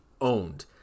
owned